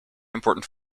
important